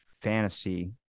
fantasy